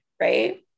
right